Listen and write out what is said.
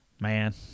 man